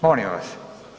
Molim vas.